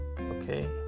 okay